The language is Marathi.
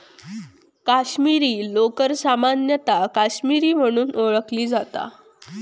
काश्मीरी लोकर सामान्यतः काश्मीरी म्हणून ओळखली जाता